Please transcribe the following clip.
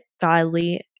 godly